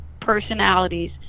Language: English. personalities